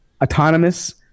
autonomous